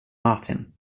martin